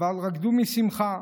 רקדו משמחה,